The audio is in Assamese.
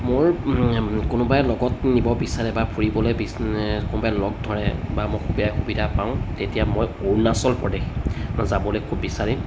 মোৰ কোনোবাই লগত নিব বিচাৰে বা ফুৰিবলৈ কোনোবাই লগ ধৰে বা মই সুবি সুবিধা পাওঁ তেতিয়া মই অৰুণাচল প্ৰদেশ যাবলৈ খুব বিচাৰিম